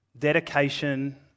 Dedication